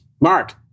Mark